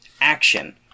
action